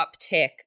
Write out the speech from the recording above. uptick